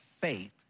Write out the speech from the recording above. faith